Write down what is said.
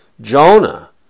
Jonah